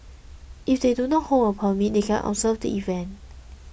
if they do not hold a permit they can observe the event